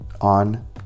on